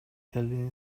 эле